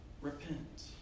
Repent